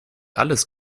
alles